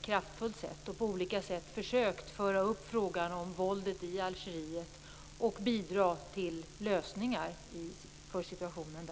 kraftfullt och på olika sätt försökt att föra upp frågan om våldet i Algeriet för att bidra till lösningar av situationen.